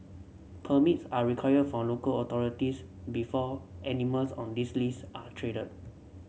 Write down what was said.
permits are required from local authorities before animals on this list are traded